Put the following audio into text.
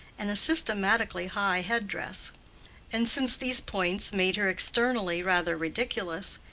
and a systematically high head-dress and since these points made her externally rather ridiculous,